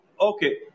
Okay